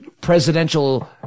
presidential